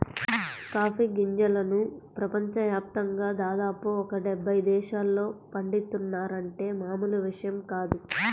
coffee గింజలను ప్రపంచ యాప్తంగా దాదాపు ఒక డెబ్బై దేశాల్లో పండిత్తున్నారంటే మామూలు విషయం కాదు